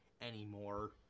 anymore